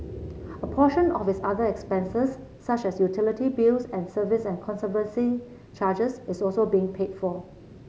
a portion of his other expenses such as utility bills and service and conservancy charges is also being paid for